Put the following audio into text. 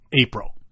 April